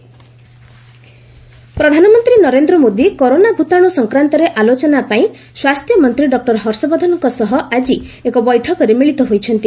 PM corona meet ପ୍ରଧାନମନ୍ତ୍ରୀ Narendra Modi corona ଭୂତାଣୁ ସଂକ୍ରାନ୍ତରେ ଆଲୋଚନା ପାଇଁ ସ୍ୱାସ୍ଥ୍ୟମନ୍ତ୍ରୀ ଡକ୍ଟର ହର୍ଷବର୍ଦ୍ଧନଙ୍କ ସହ ଆଜି ଏକ ବୈଠକରେ ମିଳିତ ହୋଇଛନ୍ତି